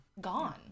gone